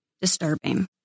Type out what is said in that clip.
disturbing